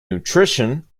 nutrition